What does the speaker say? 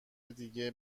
دیگه